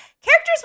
characters